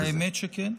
האמת שכן.